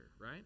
right